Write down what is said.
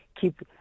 keep